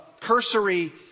cursory